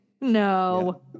No